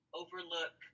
overlook